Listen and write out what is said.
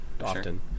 often